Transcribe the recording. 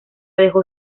dejó